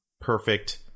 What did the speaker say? perfect